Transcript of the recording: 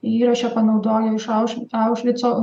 įraše panaudojo iš auš aušvico